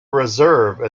reserve